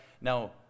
now